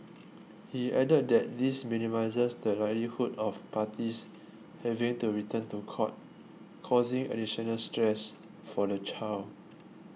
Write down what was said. he added that this minimises the likelihood of parties having to return to court causing additional stress for the child